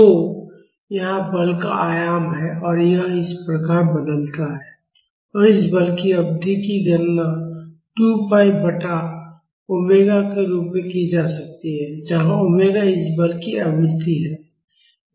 तो यहाँ बल का आयाम है और यह इस प्रकार बदलता है और इस बल की अवधि की गणना 2 पाई बटा ओमेगा के रूप में की जा सकती है जहां ओमेगा इस बल की आवृत्ति है